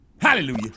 Hallelujah